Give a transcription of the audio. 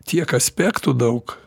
tiek aspektų daug